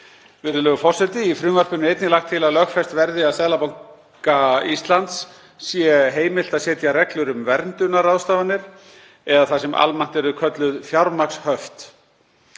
Virðulegur forseti. Í frumvarpinu er einnig lagt til að lögfest verði að Seðlabanka Íslands sé heimilt að setja reglur um verndunarráðstafanir eða það sem almennt er kallað fjármagnshöft.